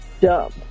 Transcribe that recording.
dumb